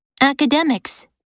Academics